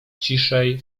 ciszej